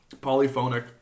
polyphonic